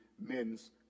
men's